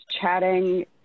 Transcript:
chatting